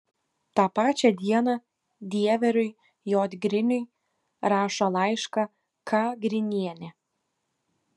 tą pačią dieną dieveriui j griniui rašo laišką k grinienė